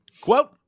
Quote